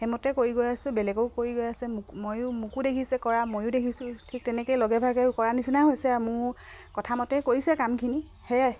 সেইমতে কৰি গৈ আছোঁ বেলেগেও কৰি গৈ আছে ময়ো মোকো দেখিছে কৰা ময়ো দেখিছোঁ ঠিক তেনেকেই লগে ভাগেও কৰা নিচিনা হৈছে আৰু মোৰ কথা মতে কৰিছে কামখিনি সেয়াই